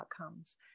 outcomes